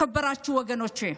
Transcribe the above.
(אומרת דברים באמהרית.)